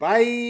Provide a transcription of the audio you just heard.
Bye